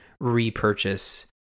repurchase